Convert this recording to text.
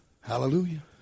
Hallelujah